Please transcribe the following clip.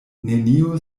neniu